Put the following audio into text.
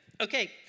Okay